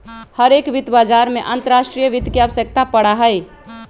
हर एक वित्त बाजार में अंतर्राष्ट्रीय वित्त के आवश्यकता पड़ा हई